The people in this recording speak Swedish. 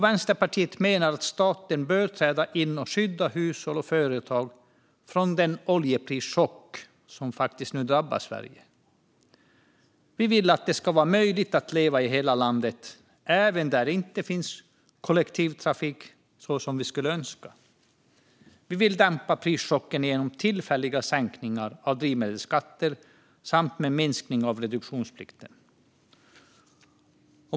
Vänsterpartiet menar att staten bör träda in och skydda hushåll och företag från den oljeprischock som nu drabbar Sverige. Vi vill att det ska vara möjligt att leva i hela landet, även där det inte finns kollektivtrafik så som vi skulle önska. Vi vill dämpa prischocken genom tillfälliga sänkningar av drivmedelsskatter och genom en minskning av reduktionsplikten.